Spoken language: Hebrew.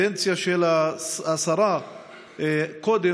אני חושב שאחד הקשיים שראיתי בקדנציה של השרה קודם